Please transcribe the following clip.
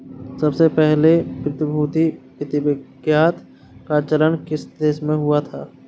सबसे पहले प्रतिभूति प्रतिज्ञापत्र का चलन किस देश में हुआ था?